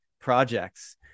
projects